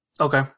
Okay